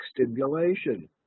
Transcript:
stimulation